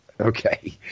Okay